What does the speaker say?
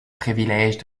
privilège